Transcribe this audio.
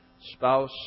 spouse